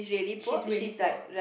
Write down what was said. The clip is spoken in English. she is really poor